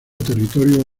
territorio